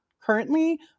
currently